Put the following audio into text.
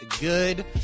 good